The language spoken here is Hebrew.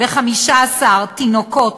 15 תינוקות